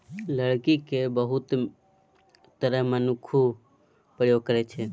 लकड़ी केर बहुत तरहें मनुख प्रयोग करै छै